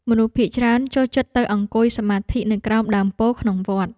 មនុស្សភាគច្រើនចូលចិត្តទៅអង្គុយសមាធិនៅក្រោមដើមពោធិ៍ក្នុងវត្ត។